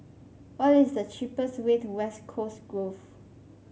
what is the cheapest way to West Coast Grove